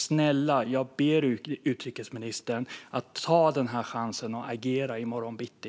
Snälla, jag ber utrikesministern att ta chansen och agera i morgon bitti.